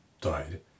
died